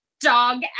dog